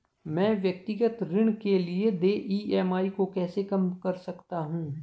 मैं व्यक्तिगत ऋण के लिए देय ई.एम.आई को कैसे कम कर सकता हूँ?